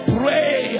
pray